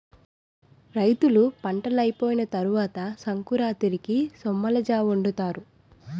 రైతులు పంటలైపోయిన తరవాత సంకురాతిరికి సొమ్మలజావొండుతారు